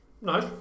Nice